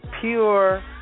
Pure